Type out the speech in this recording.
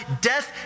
Death